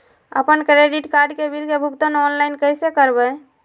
अपन credit card के bill के भुगतान ऑनलाइन कैसे करबैय?